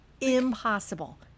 impossible